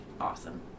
awesome